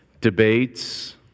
debates